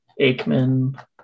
Aikman